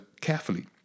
carefully